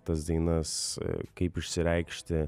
tas dainas kaip išsireikšti